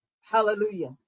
Hallelujah